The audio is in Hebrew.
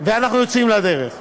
ואנחנו יוצאים לדרך.